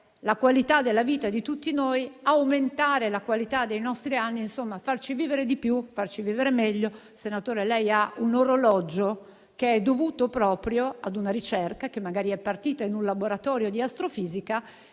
la qualità della vita di tutti noi e aumentare la qualità dei nostri anni; insomma farci vivere di più e meglio. Senatore, lei ha un orologio che è proprio il frutto di una ricerca che magari è partita in un laboratorio di astrofisica